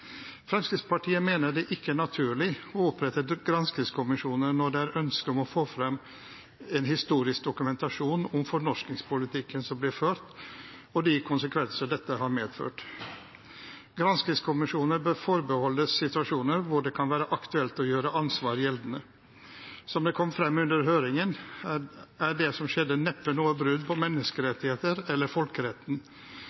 Fremskrittspartiet mener det ikke er naturlig å opprette granskingskommisjoner når det er ønske om å få frem en historisk dokumentasjon om fornorskingspolitikken som ble ført, og de konsekvenser dette har medført. Granskingskommisjoner bør forbeholdes situasjoner hvor det kan være aktuelt å gjøre ansvar gjeldende. Som det kom frem under høringen, er det som skjedde, neppe noe brudd på